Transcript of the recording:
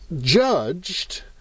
judged